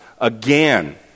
again